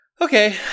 okay